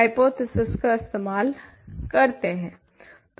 hypothesis का इस्तेमाल करते हैं